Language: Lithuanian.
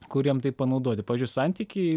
kur jam tai panaudoti pavyzdžiui santykiai